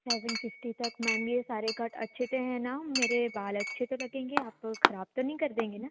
seven fifty तक ma'am ये सारे कट अच्छे तो है न मेरे बाल अच्छे तो लगेंगे आप खराब तो नहीं कर देंगे न